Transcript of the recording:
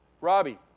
Robbie